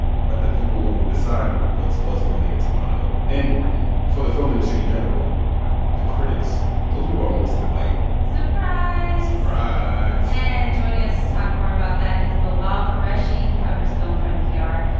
but the people who decided what's buzz-worthy in toronto and for the film industry in general the critics, those people are mostly white surprise surprise and joining us to talk more about that is bilal qureshi. he covers film for npr.